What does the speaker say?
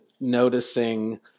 noticing